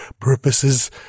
purposes